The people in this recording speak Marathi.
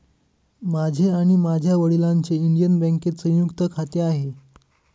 माझे आणि माझ्या वडिलांचे इंडियन बँकेत संयुक्त खाते आहे